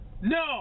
no